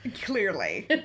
Clearly